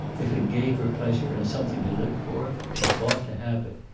if it gave her pleasure and something to live for, she ought to have it.